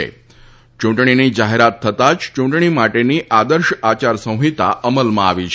આ ચૂંટણીની જાહેરાત થતાં જ ચૂંટણી માટેની આદર્શ આચારસંહિતા અમલમાં આવી છે